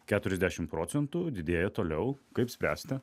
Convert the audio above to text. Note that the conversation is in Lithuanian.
keturiasdešimt procentų ir didėja toliau kaip spręsti